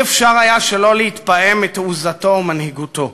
אי-אפשר היה שלא להתפעם מתעוזתו וממנהיגותו,